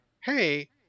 hey